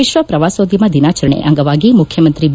ವಿಶ್ವ ಪ್ರವಾಸೋದ್ಯಮ ದಿನಾಚರಣೆ ಅಂಗವಾಗಿ ಮುಖ್ಯಮಂತ್ರಿ ಬಿ